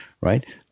right